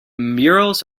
murals